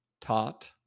taught